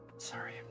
Sorry